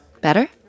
Better